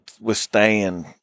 withstand